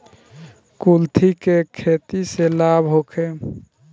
कुलथी के खेती से लाभ होखे?